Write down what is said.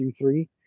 Q3